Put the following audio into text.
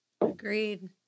Agreed